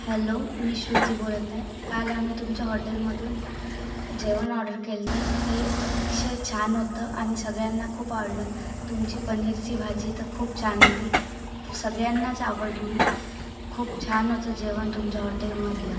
hello मी श्रुती बोलत आहे काल आम्ही तुमच्या हॉटेलमधून जेवण ऑर्डर केलं होतं ते अतिशय छान होतं आणि सगळ्यांना खूप आवडलं तुमची पनीरची भाजी तर खूप छान होती सगळ्यांनाच आवडली खूप छान होतं जेवण तुमच्या हॉटेलमधलं